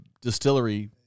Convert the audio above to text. distillery